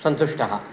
सन्तुष्टः